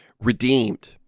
redeemed